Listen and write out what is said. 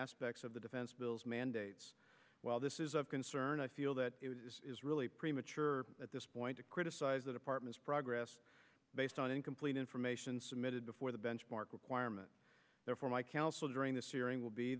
aspects of the defense bills mandates while this is a concern i feel that it is really premature at this point to criticize the department's progress based on incomplete information submitted before the benchmark requirement therefore my counsel during this hearing will be